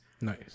Nice